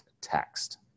text